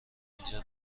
اینجا